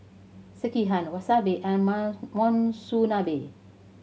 Sekihan Wasabi and Monsunabe